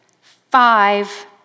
five